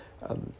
um